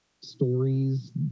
stories